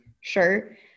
sure